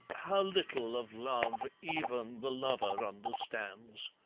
how little of love even the lover understands,